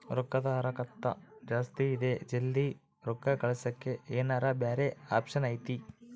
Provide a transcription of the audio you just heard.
ರೊಕ್ಕದ ಹರಕತ್ತ ಜಾಸ್ತಿ ಇದೆ ಜಲ್ದಿ ರೊಕ್ಕ ಕಳಸಕ್ಕೆ ಏನಾರ ಬ್ಯಾರೆ ಆಪ್ಷನ್ ಐತಿ?